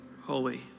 holy